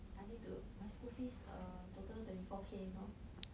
I need to my school fees err total twenty four k you know